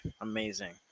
amazing